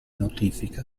notifica